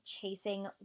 Chasing